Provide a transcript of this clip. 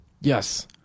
yes